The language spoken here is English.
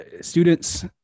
students